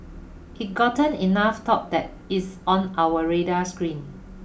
it gotten enough talk that it's on our radar screen